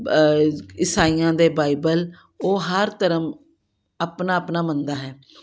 ਇਸਾਈਆਂ ਦੇ ਬਾਈਬਲ ਉਹ ਹਰ ਧਰਮ ਆਪਣਾ ਆਪਣਾ ਮੰਨਦਾ ਹੈ